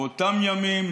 באותם ימים,